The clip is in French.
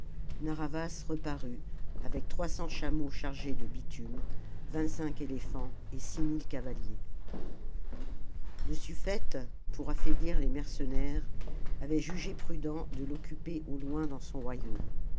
narr'havas reparut avec trois cents chameaux charges de bitume vingt-cinq éléphants et six mille cavaliers le suffete pour affaibhr les mercenaires avait jugé prudent de l'occuper au loindans son royaume